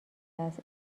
است